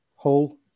Hull